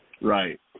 Right